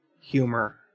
humor